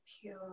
pure